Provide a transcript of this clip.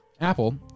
Apple